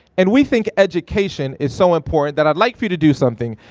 and we think education is so important that i'd like for you to do something.